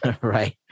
Right